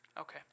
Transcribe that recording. Okay